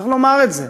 צריך לומר את זה.